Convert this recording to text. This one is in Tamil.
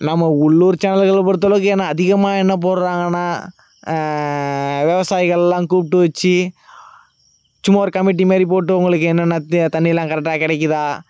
நம் உள்ளூர் சேனல்களை பொறுத்தளவுக்கு என்ன அதிகமாக என்ன போடுறாங்கன்னா விவசாயிகளெலாம் கூப்பிட்டு வச்சு சும்மா ஒரு கமிட்டி மாதிரி போட்டு உங்களுக்கு என்னென்ன தண்ணீரெல்லாம் கரெக்டாக கிடைக்கிதா